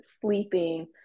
sleeping